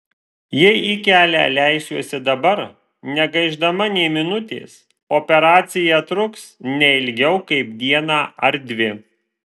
jei į kelią leisiuosi dabar negaišdama nė minutės operacija truks ne ilgiau kaip dieną ar dvi